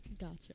Gotcha